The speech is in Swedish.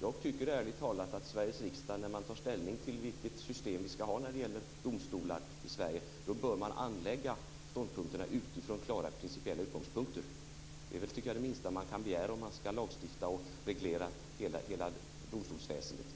Jag tycker ärligt talat att när Sveriges riksdag tar ställning till vilket system vi ska ha när det gäller domstolar i Sverige bör vi anlägga ståndpunkterna utifrån klara principiella utgångspunkter. Det tycker jag är det minsta man kan begära när vi ska lagstifta och reglera hela domstolsväsendet.